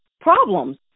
problems